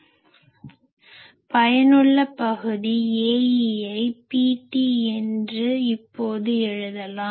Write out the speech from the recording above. எனவே பயனுள்ள பகுதி Aeஐ PT என்று இப்போது எழுதலாம்